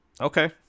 Okay